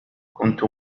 كنت